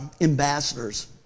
ambassadors